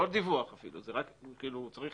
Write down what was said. אפילו לא דיווח אלא הוא צריך